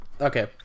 Okay